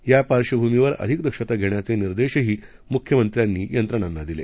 या पार्श्वभूमीवर अधिक दक्षता घेण्याचे निर्देशही मुख्यमंत्र्यांनी यंत्रणांना दिले